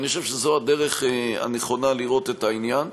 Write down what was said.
ואני חושב שזו הדרך הנכונה לראות את העניין.